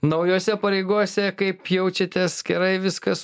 naujose pareigose kaip jaučiatės gerai viskas